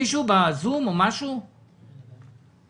למה את בזום ולא פה?